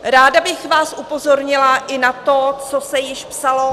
Ráda bych vás upozornila i na to, co se již psalo